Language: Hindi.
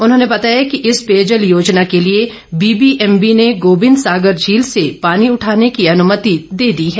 उन्होंने बताया कि इस पेयजल योजना के लिए बीबीएमबी ने गोविंद सागर झील से पानी उठाने की अनुमति दे दी है